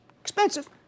expensive